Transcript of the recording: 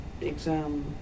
exam